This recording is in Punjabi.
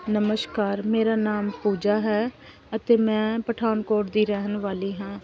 ਨਮਸਕਾਰ ਮੇਰਾ ਨਾਮ ਪੂਜਾ ਹੈ ਅਤੇ ਮੈਂ ਪਠਾਨਕੋਟ ਦੀ ਰਹਿਣ ਵਾਲੀ ਹਾਂ